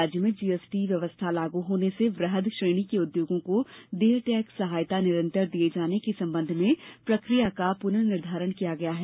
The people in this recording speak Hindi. राज्य में जीएसटी व्यवस्था लागू होने से वृहद श्रेणी के उद्योगों को देय टैक्स सहायता निरंतर दिये जाने के संबंध में प्रक्रिया का पुनर्निर्धारण किया गया है